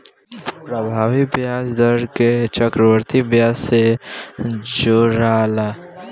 प्रभावी ब्याज दर के चक्रविधि ब्याज से जोराला